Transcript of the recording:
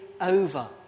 over